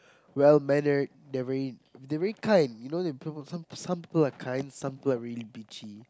well mannered they're very they're very kind you know they some some people are kind some people are really bitchy